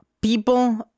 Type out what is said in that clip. people